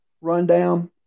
rundown